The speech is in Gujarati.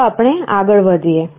ચાલો આપણે આગળ વધીએ